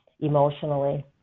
emotionally